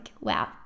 wow